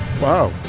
Wow